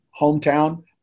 hometown